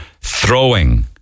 throwing